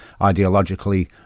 ideologically